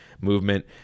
movement